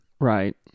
Right